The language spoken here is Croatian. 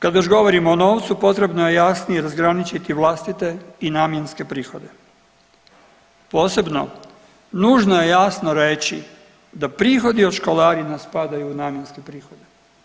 Kad već govorimo o novcu potrebno je jasnije razgraničiti vlastite i namjenske prihode, posebno nužno je jasno reći da prihodi od školarina spadaju u namjenske prihode.